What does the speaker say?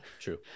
true